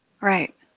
Right